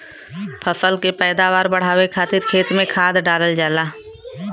फसल के पैदावार बढ़ावे खातिर खेत में खाद डालल जाला